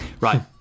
Right